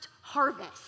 harvest